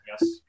yes